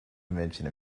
invention